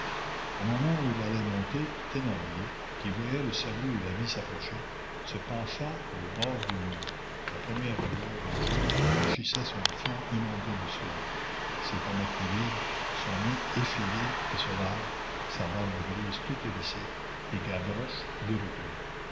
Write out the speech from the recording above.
au moment où il allait monter thénardier qui voyait le salut et la vie s'approcher se pencha au bord du mur la première lueur du jour blanchissait son front inondé de sueur ses pommettes livides son nez effilé et sauvage sa barbe grise toute hérissée et gavroche le reconnut